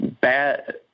bad